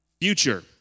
future